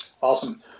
Awesome